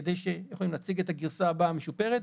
כדי להציג את הגרסה הבאה המשופרת.